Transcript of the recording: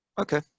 Okay